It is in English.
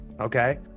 okay